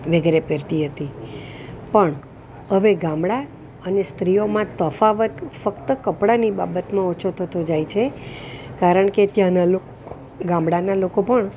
વગેરે પહેરતી હતી પણ હવે ગામડા અને સ્ત્રીઓમાં તફાવત ફક્ત કપડાની બાબતનો ઓછો થતો જાય છે કારણ કે ત્યાંનાં ગામડાના લોકો પણ